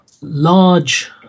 large